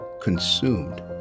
consumed